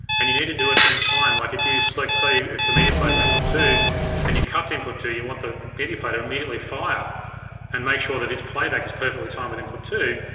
and you need to do it in time. like, if you select, say, if the media player's on input two and you cut to input two you want the media player to immediately fire and make sure that its playback is perfectly timed with input two,